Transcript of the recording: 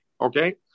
Okay